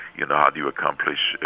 you know, how do you accomplish,